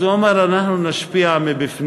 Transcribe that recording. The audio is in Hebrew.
אז הוא אמר: אנחנו נשפיע מבפנים.